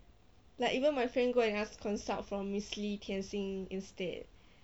like even my friend go and ask consult from miss lee tian xin instead